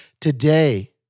today